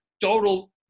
total